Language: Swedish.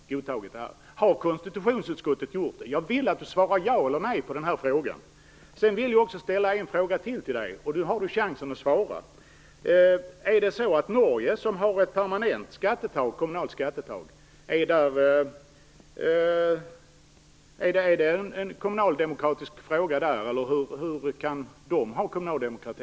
Har konstitutionsutskottet godkänt detta? Jag vill att Peter Eriksson svarar ja eller nej på dessa frågor. Jag vill ställa ytterligare en fråga till Peter Eriksson, och nu har han chans att svara. Är detta en kommunaldemokratisk fråga i Norge, som har ett permanent kommunalt skattetak, eller hur kan man där ha kommunal demokrati?